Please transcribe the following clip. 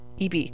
EB